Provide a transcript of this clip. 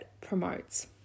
promotes